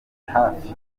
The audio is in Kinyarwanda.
hafi